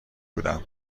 بودم